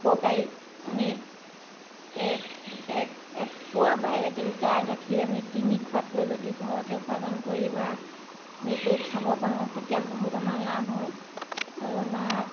উপকাৰী আমি এক এপোৱা বা এক লিটাৰ গাখীৰ আমি কিনি খোৱাতকৈ যদি ঘৰতে উপাৰ্জন কৰি বা হেৰি কৰি খাব পাৰোঁ তেতিয়া বহুত আমাৰ লাভ হয় আৰু আমাৰ